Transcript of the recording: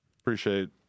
Appreciate